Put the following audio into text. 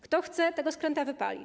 Kto chce, tego skręta wypali.